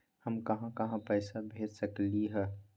हम कहां कहां पैसा भेज सकली ह?